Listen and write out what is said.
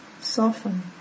soften